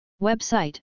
Website